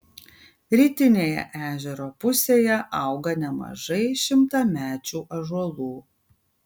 rytinėje ežero pusėje auga nemažai šimtamečių ąžuolų